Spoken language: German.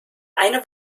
eine